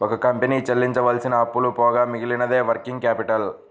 ఒక కంపెనీ చెల్లించవలసిన అప్పులు పోగా మిగిలినదే వర్కింగ్ క్యాపిటల్